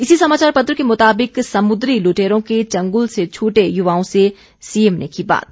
इसी समाचार पत्र के मुताबिक समुद्री लुटेरों के चंगुल से छूटे युवाओं से सीएम ने की बात